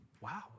wow